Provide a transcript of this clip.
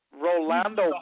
Rolando